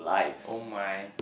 oh my